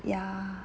ya